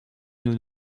nous